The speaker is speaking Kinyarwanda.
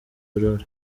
aurore